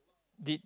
did